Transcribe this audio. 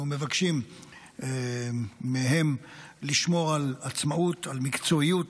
אנחנו מבקשים מהם לשמור על עצמאות, על מקצועיות,